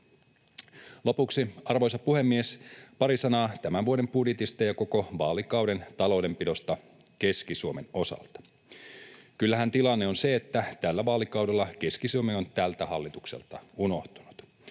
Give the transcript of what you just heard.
Lopuksi, arvoisa puhemies, pari sanaa tämän vuoden budjetista ja koko vaalikauden taloudenpidosta Keski-Suomen osalta. Kyllähän tilanne on se, että tällä vaalikaudella Keski-Suomi on tältä hallitukselta unohtunut.